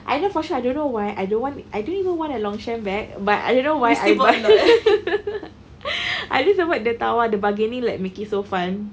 I know for sure I don't know why I don't want I don't even want a Longchamp bag but I don't know why I bought I think it's about the tawar the bargaining like make it so fun